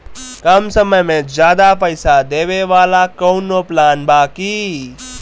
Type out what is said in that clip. कम समय में ज्यादा पइसा देवे वाला कवनो प्लान बा की?